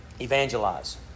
evangelize